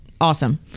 awesome